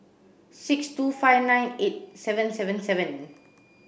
six two five nine eight seven seven seven